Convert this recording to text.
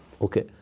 Okay